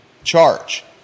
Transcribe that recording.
Charge